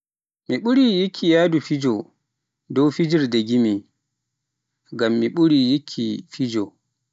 Mi ɓuri yikki yahdu fejo dow jiferde gimi, ngam mi ɓuri yikki fijo.